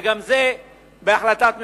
וגם זה בהחלטת ממשלה.